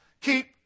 Keep